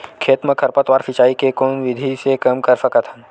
खेत म खरपतवार सिंचाई के कोन विधि से कम कर सकथन?